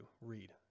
read